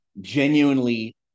genuinely